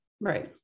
Right